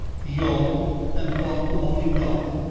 yawned and thought the morning dark,